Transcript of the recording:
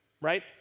right